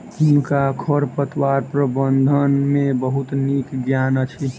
हुनका खरपतवार प्रबंधन के बहुत नीक ज्ञान अछि